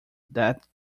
that